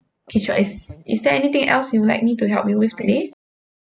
okay sure is is there anything else you would like me to help you with today